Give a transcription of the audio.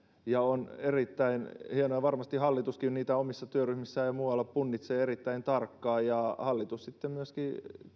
se on erittäin hienoa ja varmasti hallituskin niitä omissa työryhmissään ja muualla punnitsee erittäin tarkkaan ja hallitus sitten myöskin